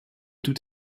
tout